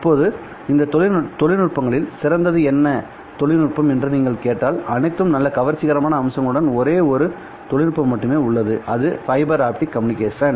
இப்போது இந்த தொழில்நுட்பங்களில் சிறந்தது என்ன தொழில்நுட்பம் என்று நீங்கள் கேட்டால் அனைத்து நல்ல கவர்ச்சிகரமான அம்சங்களுடன் ஒரே ஒரு தொழில்நுட்பம் மட்டுமே உள்ளது அது பைபர் ஆப்டிக் கம்யூனிகேஷன்